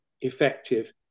effective